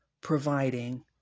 providing